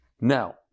Now